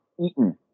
eaten